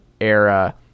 era